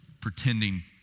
pretending